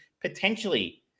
potentially